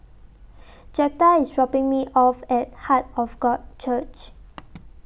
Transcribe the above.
Jeptha IS dropping Me off At Heart of God Church